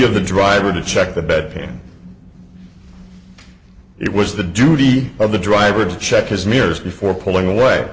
the driver to check the bedpan it was the duty of the driver to check his mirrors before pulling away